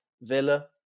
Villa